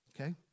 okay